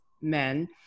men